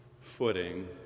footing